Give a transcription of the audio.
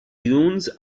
dunes